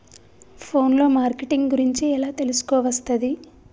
Phone లో marketing గురించి ఎలా తెలుసుకోవస్తది?